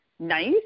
Nice